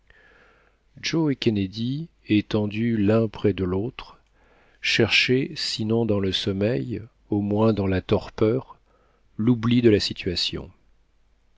joe et kennedy étendus l'un prés de l'autre cherchaient sinon dans le sommeil au moins dans la torpeur l'oubli de la situation